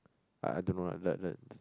I I don't know ah the the